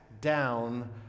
down